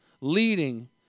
leading